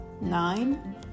Nine